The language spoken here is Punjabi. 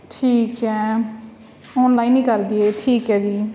ਠੀਕ ਹੈ ਔਨਲਾਈਨ ਹੀ ਕਰ ਦੇਈਏ ਠੀਕ ਹੈ ਜੀ